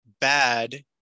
bad